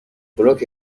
بروک